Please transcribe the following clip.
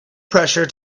pressure